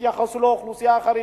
תתייחסו לאוכלוסייה החרדית,